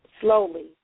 slowly